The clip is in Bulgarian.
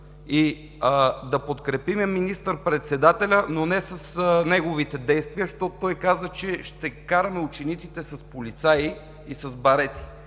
и да подкрепим министър-председателя, но не с неговите действия, защото той каза, че ще караме учениците с полицаи и с барети.